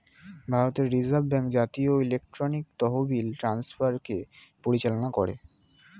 ভারতের reserve bank জাতীয় electronic তহবিল ট্রান্সফারকে পরিচালনা করে